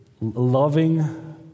loving